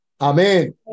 Amen